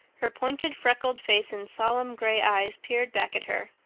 her pointed freckled face and solemn gray eyes peered back at her.